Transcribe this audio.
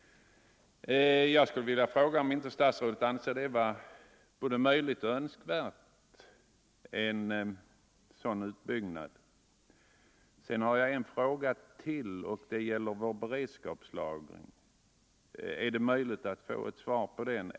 Jag skulle vilja fråga om inte statsrådet anser det vara både möjligt och önskvärt med en sådan utbyggnad. Jag har en fråga till, som gäller vår beredskapslagring.